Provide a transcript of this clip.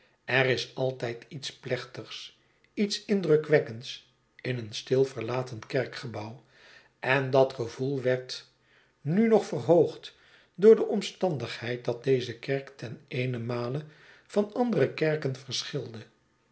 er is altijd iets plechtigs iets indrukwekkends in een stil verlaten kerkgebouw en dat gevoel werd nu nog verhoogd door de omstandigheid dat deze kerk ten eenen male van andere kerken verschilde